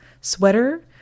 sweater